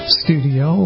studio